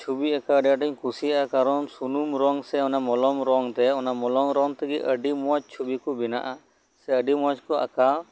ᱪᱷᱚᱵᱤ ᱟᱸᱠᱟᱣ ᱟᱹᱰᱤ ᱟᱸᱴᱤᱧ ᱠᱩᱥᱤᱭᱟᱜᱼᱟ ᱠᱟᱨᱚ ᱱ ᱥᱩᱱᱩᱢ ᱨᱚᱝ ᱥᱮ ᱚᱱᱟ ᱢᱚᱞᱚᱢ ᱨᱚᱝ ᱛᱮ ᱢᱚᱞᱚᱢ ᱨᱚᱝ ᱛᱮᱜᱮ ᱟᱹᱰᱤ ᱟᱸᱴ ᱪᱷᱚᱵᱤ ᱠᱚ ᱵᱮᱱᱟᱜᱼᱟ ᱥᱮ ᱟᱹᱰᱤ ᱢᱚᱸᱡ ᱠᱚ ᱟᱠᱟᱜᱼᱟ